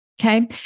okay